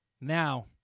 Now